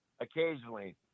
occasionally